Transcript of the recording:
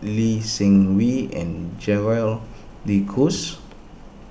Lee Seng Wee and Gerald De Cruz